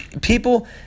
People